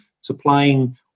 supplying